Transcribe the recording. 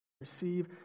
receive